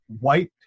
white